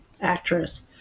actress